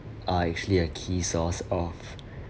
are actually a key source of